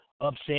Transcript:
upset